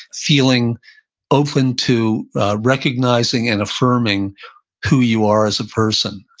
feeling open to recognizing and affirming who you are as a person,